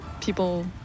people